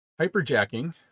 Hyperjacking